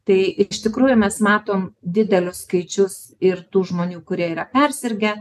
tai iš tikrųjų mes matom didelius skaičius ir tų žmonių kurie yra persirgę